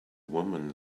woman